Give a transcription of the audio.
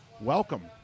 welcome